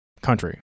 country